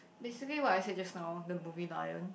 basically what I said just now the movie lion